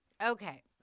Okay